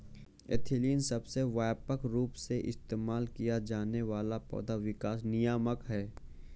ethylene सबसे व्यापक रूप से इस्तेमाल किया जाने वाला पौधा विकास नियामक है